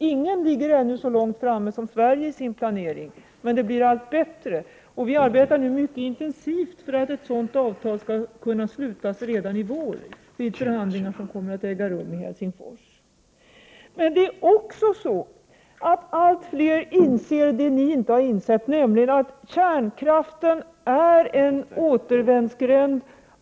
Inget land ligger ännu så långt framme som Sverige i sin planering, men det blir allt bättre. Vi arbetar nu mycket intensivt för att ett avtal på detta område skall kunna slutas redan i vår vid förhandlingar som kommer att äga rum i Helsingfors. Men det är också så, att allt fler inser vad ni inte har insett, nämligen att kärnkraften innebär en återvändsgränd.